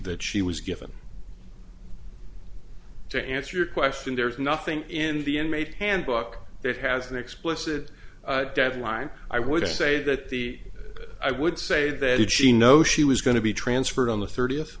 that she was given to answer your question there's nothing in the end made handbook that has an explicit deadline i would say that the i would say that did she know she was going to be transferred on the thirtieth